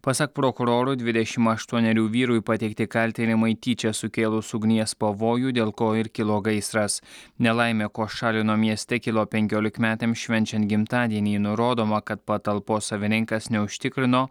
pasak prokuroro dvidešim aštuonerių vyrui pateikti kaltinimai tyčia sukėlus ugnies pavojų dėl ko ir kilo gaisras nelaimė kuošalino mieste kilo penkiolikmetėm švenčiant gimtadienį nurodoma kad patalpos savininkas neužtikrino